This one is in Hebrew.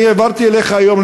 אני העברתי אליך היום,